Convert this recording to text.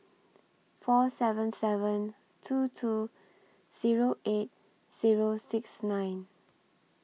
four seven seven two two Zero eight Zero six nine